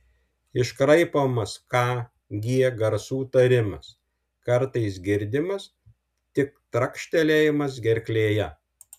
iškraipomas k g garsų tarimas kartais girdimas tik trakštelėjimas gerklėje